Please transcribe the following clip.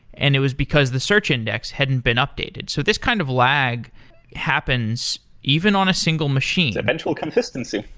and it was because the search index hadn't been updated. so this kind of lag happens even on a single machine. eventual consistency.